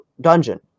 dungeon